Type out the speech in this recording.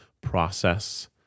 process